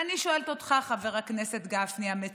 אני שואלת אותך, חבר הכנסת גפני, המציע: